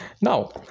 Now